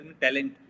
talent